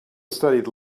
studied